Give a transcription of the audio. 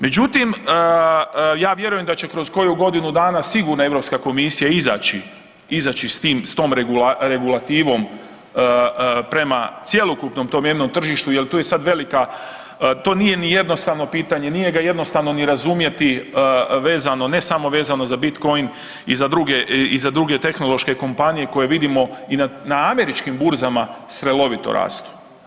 Međutim, ja vjerujem da će kroz koju godinu dana sigurno Europska komisija izaći, izaći s tom regulativom prema cjelokupnom tom jednom tržištu jer tu je sad velika, to nije ni jednostavno pitanje, nije ga jednostavno ni razumjeti vezano ne samo za Bitcoin i za druge tehnološke kompanije koje vidimo i na američkim burzama strelovito rastu.